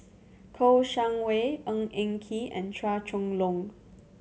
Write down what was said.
Kouo Shang Wei Ng Eng Kee and Chua Chong Long